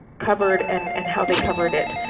covered and and how they covered it,